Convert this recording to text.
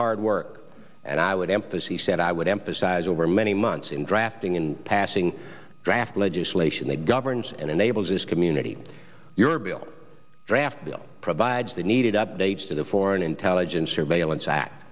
hard work and i would emphasize said i would emphasize over many months in drafting in passing draft legislation that governs and enables this community your bill draft bill provides the needed updates to the foreign intelligence surveillance a